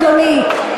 אדוני,